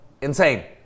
insane